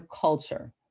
culture